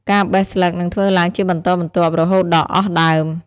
ការបេះស្លឹកនឹងធ្វើឡើងជាបន្តបន្ទាប់រហូតដល់អស់ដើម។